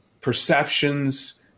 perceptions